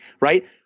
Right